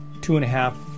two-and-a-half